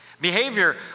Behavior